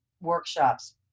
workshops